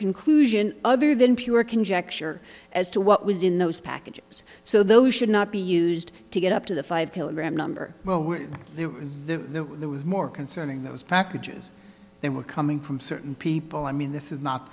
conclusion other than pure conjecture as to what was in those packages so those should not be used to get up to the five kilogram number there the more concerning those packages they were coming from certain people i mean this is not